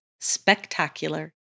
spectacular